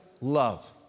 love